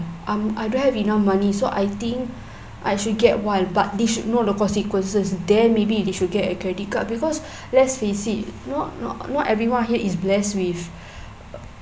um I don't have enough money so I think I should get one but they should know the consequences then maybe they should get a credit card because let's face it not not not everyone here is blessed with